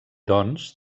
doncs